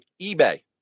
eBay